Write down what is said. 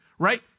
Right